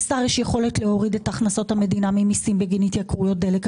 לשר יש יכולת להוריד את הכנסות המדינה ממיסים בגין התייקרויות דלק.